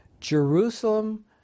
Jerusalem